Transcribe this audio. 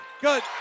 Good